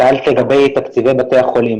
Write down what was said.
שאלת לגבי תקציבי בתי החולים.